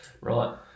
right